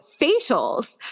facials